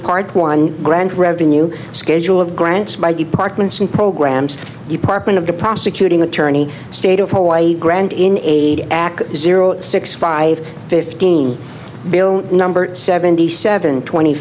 x one grant revenue schedule of grants by departments in programs department of the prosecuting attorney state of hawaii grand in act zero six five fifteen bill number seventy said twenty